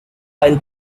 file